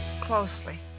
closely